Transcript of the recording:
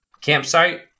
campsite